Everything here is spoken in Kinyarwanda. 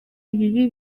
ibibi